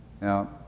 Now